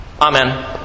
Amen